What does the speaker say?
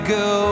go